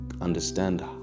understand